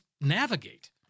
navigate